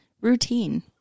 routine